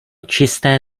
čisté